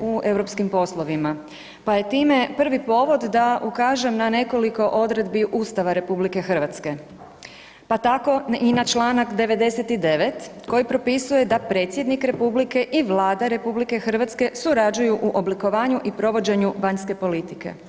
u europskim poslovima, pa je time prvi povod da ukažem na nekoliko odredbi Ustava RH, pa tako i na čl. 99. koji propisuje da predsjednik republike i Vlada RH surađuju u oblikovanju i provođenju vanjske politike.